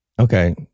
Okay